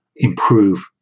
improve